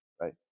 right